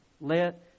let